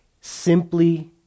simply